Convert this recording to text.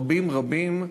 רבים רבים,